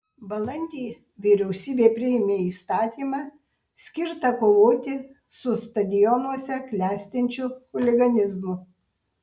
balandį vyriausybė priėmė įstatymą skirtą kovoti su stadionuose klestinčiu chuliganizmu